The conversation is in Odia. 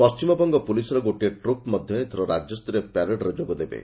ପଣ୍ଟିମବଙ୍ଗ ପୁଲିସ୍ର ଗୋଟିଏ ଟ୍ରପ୍ ମଧ୍ୟ ଏଥର ରାଜ୍ୟସ୍ତରୀୟ ପ୍ୟାରେଡ୍ରେ ଯୋଗଦେବେ